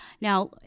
Now